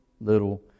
little